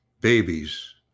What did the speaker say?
Babies